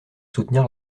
soutenir